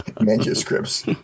manuscripts